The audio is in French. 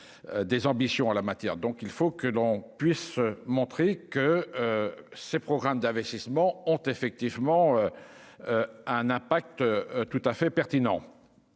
des ambitions en la matière, donc il faut que l'on puisse montrer que ces programmes d'investissement ont effectivement un impact tout à fait pertinent